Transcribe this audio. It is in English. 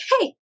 hey